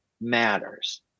matters